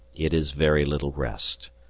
it is very little rest.